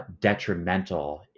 detrimental